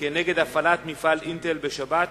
כנגד הפעלת מפעל "אינטל" בשבת,